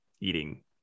eating